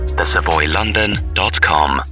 thesavoylondon.com